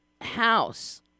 house